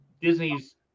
disney's